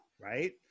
right